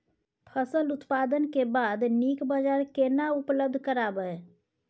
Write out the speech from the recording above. फसल उत्पादन के बाद नीक बाजार केना उपलब्ध कराबै?